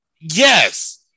Yes